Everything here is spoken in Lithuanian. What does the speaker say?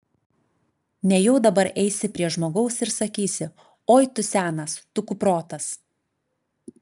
nejau dabar eisi prie žmogaus ir sakysi oi tu senas tu kuprotas